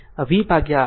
આ V ભાગ્યા R છે